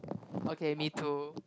okay me too